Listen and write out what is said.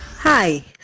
Hi